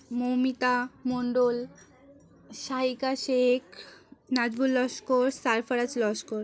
Moumita Mondal Sahika Sheikh Nazbul Laskar Sarfaraz Laskar